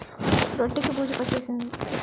రొట్టె కి బూజు పట్టేసింది